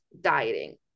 dieting